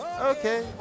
okay